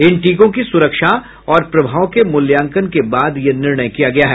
इन टीकों की सुरक्षा और प्रभाव के मूल्यांकन के बाद यह निर्णय किया गया है